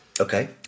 Okay